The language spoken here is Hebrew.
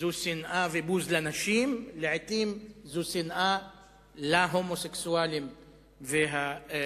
זו שנאה ובוז לנשים ולעתים זו שנאה להומוסקסואלים וללסביות.